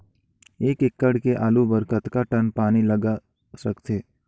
एक एकड़ के आलू बर कतका टन पानी लाग सकथे?